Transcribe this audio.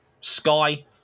Sky